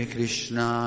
Krishna